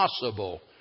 possible